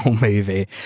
movie